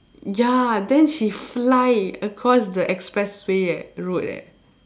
ya then she fly across the express way eh road eh